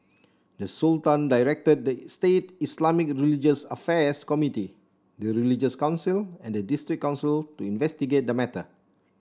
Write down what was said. the Sultan directed the state Islamic religious affairs committee the religious council and the district council to investigate the matter